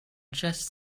just